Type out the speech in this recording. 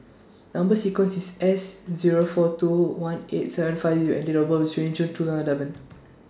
Number sequence IS S Zero four two one eight seven five U and Date of birth IS twenty June two thousand and eleven